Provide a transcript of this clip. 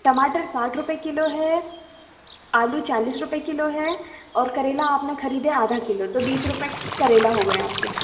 टमाटर साठ रुपए किलो है आलू चालीस रुपए किलो है और करेला आपने खरीदे आधा किलो तो बीस रुपए करेला हो गए आपके